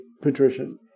patrician